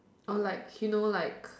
or like you know like